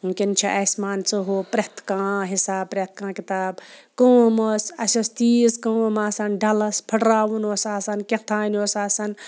وٕنۍکٮ۪ن چھِ اَسہِ مان ژٕ ہُہ پرٛٮ۪تھ کانٛہہ حِساب پرٛٮ۪تھ کانٛہہ کِتاب کٲم ٲس اَسہِ ٲس تیٖژ کٲم آسان ڈَلَس پھٔٹراوُن اوس آسان کیٛاہ تام اوس آسان